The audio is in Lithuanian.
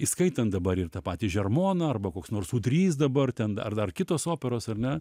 įskaitant dabar ir tą patį žermoną arba koks nors ūdrys dabar ten ar dar kitos operos ar ne